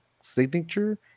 signature